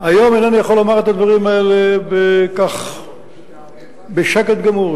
היום אינני יכול לומר את הדברים האלה בשקט גמור.